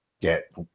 get